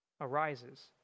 arises